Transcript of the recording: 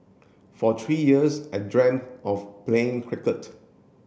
for three years I dreamt of playing cricket